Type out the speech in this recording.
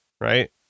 right